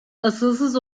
asılsız